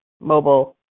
mobile